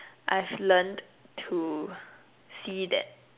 I've have learnt to see that